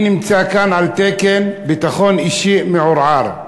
אני נמצא כאן על תקן ביטחון אישי מעורער.